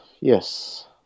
Yes